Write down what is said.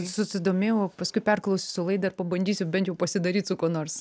susidomėjau o paskui perklausysiu laidą ir pabandysiu bent jau pasidaryt su kuo nors